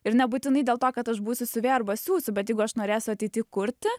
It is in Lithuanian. ir nebūtinai dėl to kad aš būsiu siuvėja arba siųsiu bet jeigu aš norėsiu ateity kurti